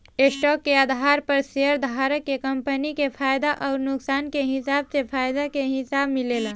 stock के आधार पर शेयरधारक के कंपनी के फायदा अउर नुकसान के हिसाब से फायदा के हिस्सा मिलेला